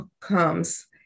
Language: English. comes